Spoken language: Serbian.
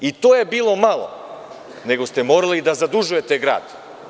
I to je bilo malo nego ste morali da zadužujete grad.